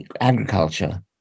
agriculture